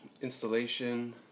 installation